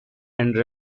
and